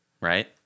right